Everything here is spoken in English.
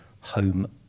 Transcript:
home